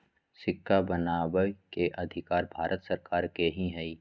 सिक्का बनबै के अधिकार भारत सरकार के ही हइ